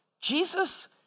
Jesus